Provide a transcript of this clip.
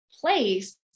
place